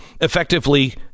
effectively